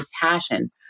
passion